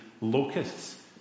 locusts